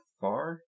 far